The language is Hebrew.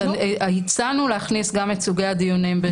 הצענו להכניס גם את סוגי הדיונים.